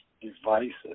devices